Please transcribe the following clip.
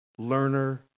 learner